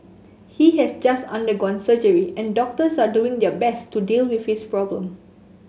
he has just undergone surgery and doctors are doing their best to deal with his problem